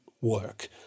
work